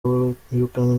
wirukanwe